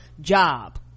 job